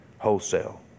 Wholesale